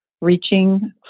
reaching